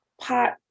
pot